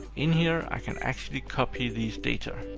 in here, i can actually copy these data,